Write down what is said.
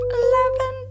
eleven